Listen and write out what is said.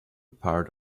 part